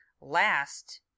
last